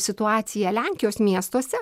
situaciją lenkijos miestuose